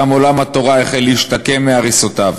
גם עולם התורה החל להשתקם מהריסותיו.